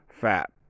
fat